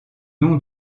nom